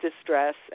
distress